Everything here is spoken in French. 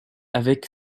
avec